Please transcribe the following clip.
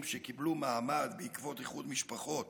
שקיבלו מעמד בעקבות איחוד משפחות